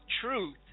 truth